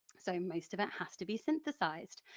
so most of it has to be synthesised.